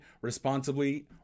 responsibly